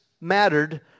mattered